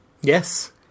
Yes